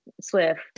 Swift